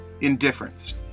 indifference